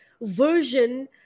version